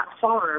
farm